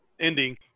ending